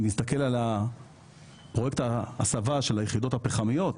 אם נסתכל על פרויקט ההסבה של היחידות הפחמיות,